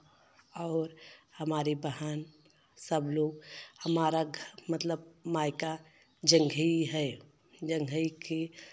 और हमारी बहन सब लोग हमारा घ मतलब मायका जंघई है जंघई के